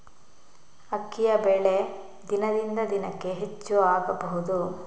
ಅಕ್ಕಿಯ ಬೆಲೆ ದಿನದಿಂದ ದಿನಕೆ ಹೆಚ್ಚು ಆಗಬಹುದು?